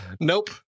Nope